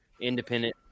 independent